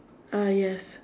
uh yes